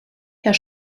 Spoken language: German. herr